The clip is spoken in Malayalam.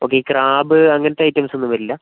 ഓക്കെ ഈ ക്രാബ് അങ്ങനത്തെ ഐറ്റംസ് ഒന്നും വരില്ല